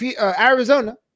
Arizona